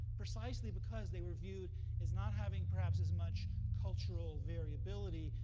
precisely because they were viewed as not having perhaps as much cultural variability,